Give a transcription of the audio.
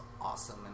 awesome